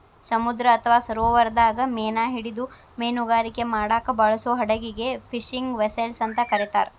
ಸಮುದ್ರ ಅತ್ವಾ ಸರೋವರದಾಗ ಮೇನಾ ಹಿಡಿದು ಮೇನುಗಾರಿಕೆ ಮಾಡಾಕ ಬಳಸೋ ಹಡಗಿಗೆ ಫಿಶಿಂಗ್ ವೆಸೆಲ್ಸ್ ಅಂತ ಕರೇತಾರ